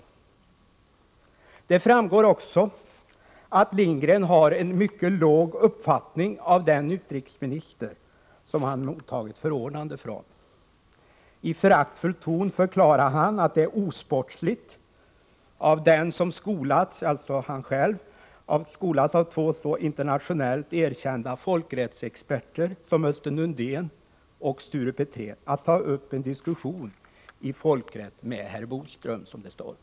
Granskning av Det framgår också att Lindgren har en mycket låg uppfattning om den statsrådens tjänste utrikesminister som han mottagit förordnande från. I föraktfull ton förklarar han att det är osportsligt av den som skolats av två internationellt så erkända folkrättsexperter som Östen Undén och Sture Petrén — alltså han själv — att ta Beslut beträffande upp en diskussion i folkrätt med herr Bodström, som det står.